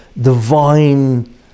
divine